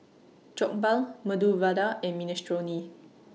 Jokbal Medu Vada and Minestrone